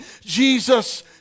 Jesus